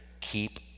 keep